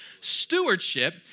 Stewardship